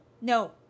no